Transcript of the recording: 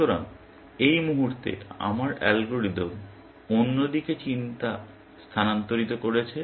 সুতরাং এই মুহুর্তে আমার অ্যালগরিদম অন্য দিকে চিন্তা স্থানান্তরিত করেছে